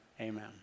Amen